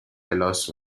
کلاس